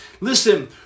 Listen